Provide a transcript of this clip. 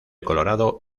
colorado